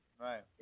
Right